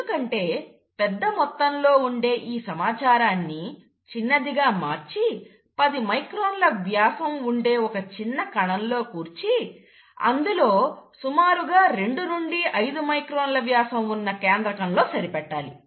ఎందుకంటే పెద్ద మొత్తంలో ఉండే ఈ సమాచారాన్ని చిన్నదిగా మార్చి 10 మైక్రాన్ల వ్యాసం ఉన్న ఒక చిన్న కణంలో కూర్చి అందులో సుమారుగా 2 నుండి 5 మైక్రాన్ల వ్యాసం ఉన్న కేంద్రకంలో సరిపెట్టాలి